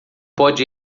pode